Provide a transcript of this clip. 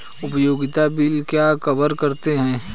उपयोगिता बिल क्या कवर करते हैं?